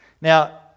Now